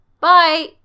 Bye